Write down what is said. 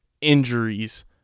injuries